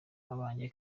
abanjye